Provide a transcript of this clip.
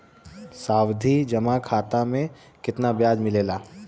सावधि जमा खाता मे कितना ब्याज मिले ला?